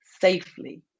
safely